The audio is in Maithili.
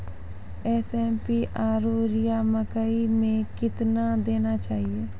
एस.एस.पी आरु यूरिया मकई मे कितना देना चाहिए?